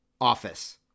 office